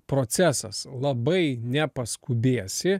procesas labai nepaskubėsi